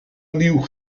nieuw